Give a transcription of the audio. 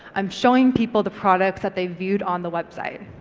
i'm showing people the products that they viewed on the website,